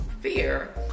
fear